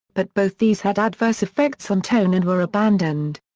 but both these had adverse effects on tone and were abandoned.